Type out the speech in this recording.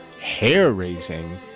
hair-raising